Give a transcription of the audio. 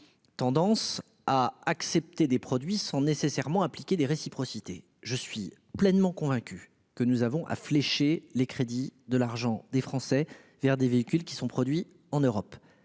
tendance à accepter des produits sans nécessairement demander la réciprocité. Je suis pleinement convaincu que nous devons flécher l'argent des Français vers les véhicules produits en Europe.